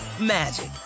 magic